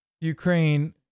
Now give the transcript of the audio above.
Ukraine